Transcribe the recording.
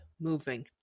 moving